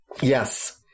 Yes